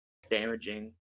Damaging